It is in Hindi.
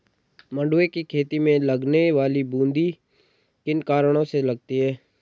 मंडुवे की खेती में लगने वाली बूंदी किन कारणों से लगती है?